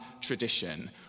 tradition